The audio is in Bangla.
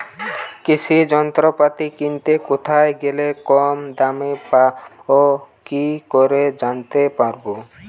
কৃষি যন্ত্রপাতি কিনতে কোথায় গেলে কম দামে পাব কি করে জানতে পারব?